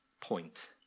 point